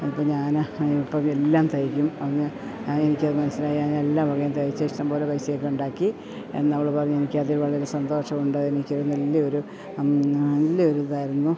അപ്പം ഞാൻ ഇപ്പം എല്ലാം തയ്ക്കും എനിക്കത് മനസ്സിലായി ഞാൻ എല്ലാ വകയും തയ്ച്ച് ഇഷ്ടം പോലെ പൈസയൊക്കെയുണ്ടാക്കി എന്നവൾ പറഞ്ഞത് എനിക്കതു വളരെ സന്തോഷമുണ്ട് എനിക്കൊരു നല്ലൊരു നല്ലൊരു ഇതായിരുന്നു